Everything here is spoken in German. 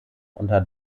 unter